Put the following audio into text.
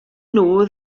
nhw